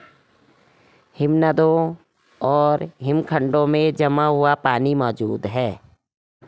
हिमनदों और हिमखंडों में जमा हुआ पानी मौजूद हैं